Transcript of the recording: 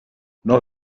not